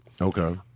Okay